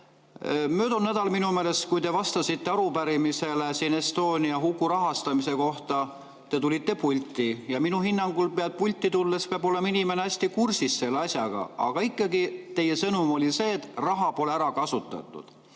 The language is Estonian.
nädalal minu meelest, kui te vastasite siin arupärimisele Estonia huku rahastamise kohta, te tulite pulti – minu hinnangul pulti tulles peab olema inimene hästi kursis selle asjaga –, ja ikkagi teie sõnum oli see, et raha pole ära kasutatud.